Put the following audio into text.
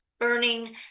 Burning